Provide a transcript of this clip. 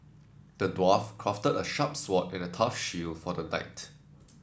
the dwarf crafted a sharp sword and a tough shield for the knight